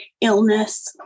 illness